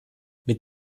mit